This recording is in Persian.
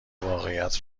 واقعیت